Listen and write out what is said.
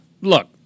Look